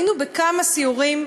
היינו בכמה סיורים,